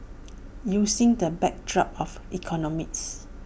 using the backdrop of economics